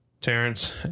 Terrence